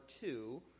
two